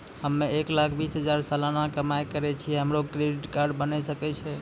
हम्मय एक लाख बीस हजार सलाना कमाई करे छियै, हमरो क्रेडिट कार्ड बने सकय छै?